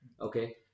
okay